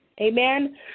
amen